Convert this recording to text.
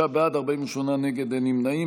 26 בעד, 48 נגד, אין נמנעים.